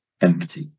empty